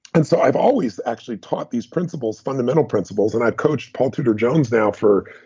and so, i've always actually taught these principles, fundamental principles, and i've coached paul tudor jones now for,